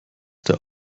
der